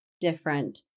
different